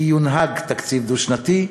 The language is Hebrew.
כי יונהג תקציב דו-שנתי.